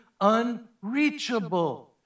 unreachable